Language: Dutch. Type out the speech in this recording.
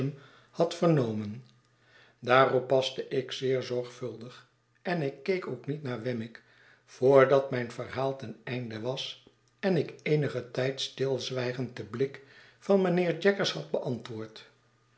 had vernomen daarop paste ik zeer zorgvuldig en ik keek ook niet naar wemmick voordat mijn verhaal ten einde was en ik eenigen tijd stilzwijgend den blik van mijnheer jaggers had beantwoord